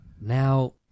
Now